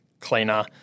cleaner